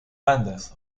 bandas